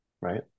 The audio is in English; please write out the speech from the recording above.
right